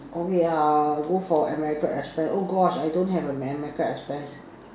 okay I'll go for american express oh gosh I don't have am~ american express